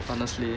honestly